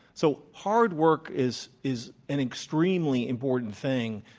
so hard work is is an extremely important thing,